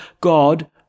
God